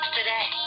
Today